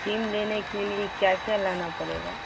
سم لینے کے لیے کیا کیا لانا پڑے گا